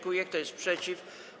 Kto jest przeciw?